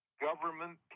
government